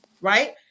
right